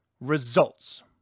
results